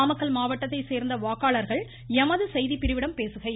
நாமக்கல் மாவட்டத்தைச் சேர்ந்த வாக்காளர்கள் எமது செய்திப்பிரிவிடம் பேசுகையில்